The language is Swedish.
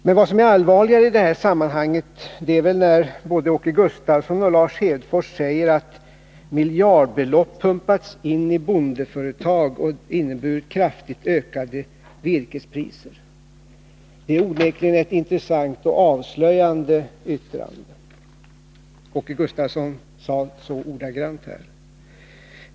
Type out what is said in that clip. Men allvarligare i det här sammanhanget är att både Åke Gustavsson och Lars Hedfors säger att miljardbelopp pumpats in i bondeföretag och lett till kraftigt ökade virkespriser. Detta är onekligen ett intressant och avslöjande yttrande. Åke Gustavsson sade ordagrant så.